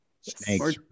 snakes